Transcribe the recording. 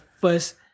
first